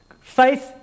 Faith